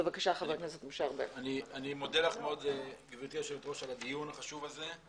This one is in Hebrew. אני מודה לך מאוד גברתי היושבת ראש על הדיון החשוב הזה.